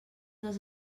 dels